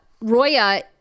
Roya